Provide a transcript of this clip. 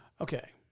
Okay